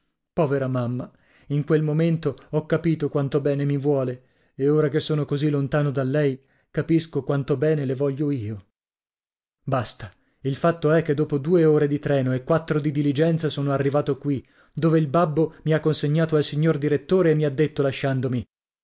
povera mamma in quel momento ho capito quanto bene mi vuole e ora che sono così lontano da lei capisco quanto bene le voglio io basta il fatto è che dopo due ore di treno e quattro dì diligenza sono arrivato qui dove il babbo uni ha consegnato al signor direttore e mi ha detto lasciandomi